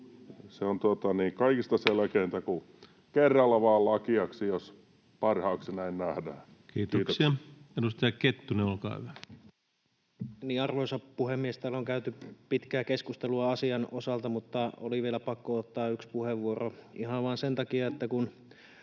koputtaa] että kerralla vaan lakeaksi, jos parhaaksi näin nähdään. — Kiitos. Kiitoksia. — Edustaja Kettunen, olkaa hyvä. Arvoisa puhemies! Täällä on käyty pitkään keskustelua asian osalta, mutta oli vielä pakko ottaa yksi puheenvuoro ihan vain sen takia, että